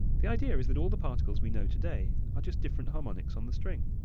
the idea is that all the particles we know today are just different harmonics on the string.